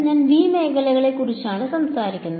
ഞാൻ V മേഖലയെക്കുറിച്ചാണ് സംസാരിക്കുന്നത്